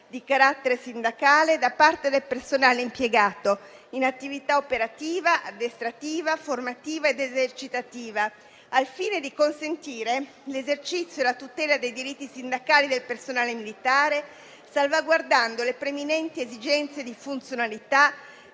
Grazie a tutti